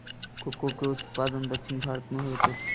cocoa के उत्पादन दक्षिण भारत में होइत अछि